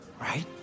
right